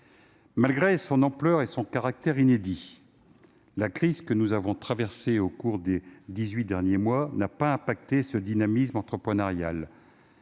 malgré son ampleur et son caractère inédit, la crise que nous avons traversée au cours des dix-huit derniers mois n'a pas affecté ce dynamisme entrepreneurial.